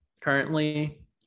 currently